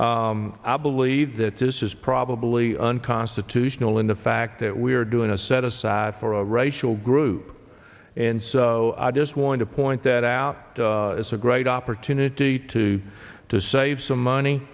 i believe that this is probably unconstitutional in the fact that we're doing a set aside for a racial group and so i just want to point that out as a great opportunity to to save some money